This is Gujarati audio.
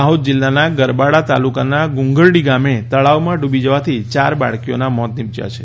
દાહોદ જિલ્લાના ગરબાડા તાલુકાના ગુંગરડી ગામે તળાવમાં ડુબી જવાથી ચાર બાળકીઓના મોત નિપજ્યા છે